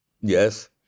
Yes